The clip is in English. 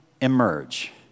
emerge